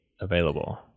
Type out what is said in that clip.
available